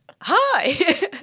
hi